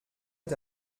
est